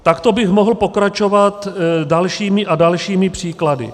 Takto bych mohl pokračovat dalšími a dalšími příklady.